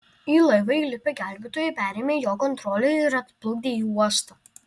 į laivą įlipę gelbėtojai perėmė jo kontrolę ir atplukdė į uostą